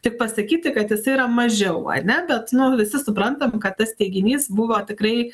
tik pasakyti kad jisai yra mažiau ane bet nu visi suprantam kad tas teiginys buvo tikrai